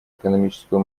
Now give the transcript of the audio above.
экономическую